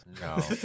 No